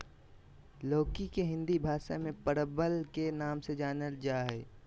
लौकी के हिंदी भाषा में परवल के नाम से जानल जाय हइ